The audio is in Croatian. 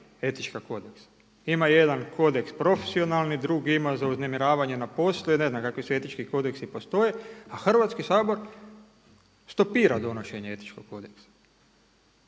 etička kodeksa. Ima jedan kodeks profesionalni, drugi ima za uznemiravanje na poslu i ne znam kakvi sve etički kodeksi postoje a Hrvatski sabor stopira donošenje etičkog kodeksa.